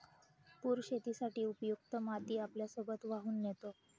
पूर शेतीसाठी उपयुक्त माती आपल्यासोबत वाहून नेतो